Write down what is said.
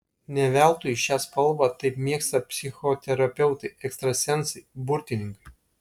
ne veltui šią spalvą taip mėgsta psichoterapeutai ekstrasensai burtininkai